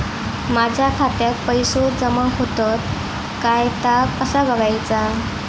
माझ्या खात्यात पैसो जमा होतत काय ता कसा बगायचा?